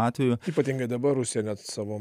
atveju ypatingai dabar rusija net savo